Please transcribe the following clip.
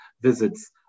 visits